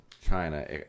China